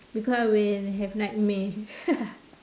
because I will have nightmare